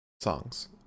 songs